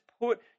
put